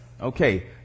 Okay